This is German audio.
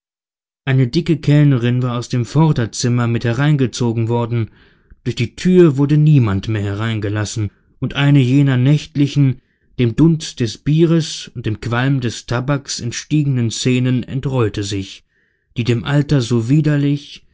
eine dicke kellnerin war aus dem vorderzimmer mit hereingezogen worden durch die tür wurde niemand mehr hereingelassen und eine jener nächtlichen dem dunst des bieres und dem qualm des tabaks entstiegenen szenen entrollte sich die dem alter so widerlich